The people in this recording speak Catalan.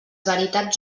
veritats